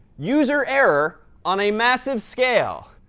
user error on a massive scale.